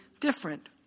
different